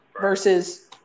versus